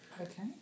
Okay